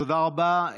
תודה רבה.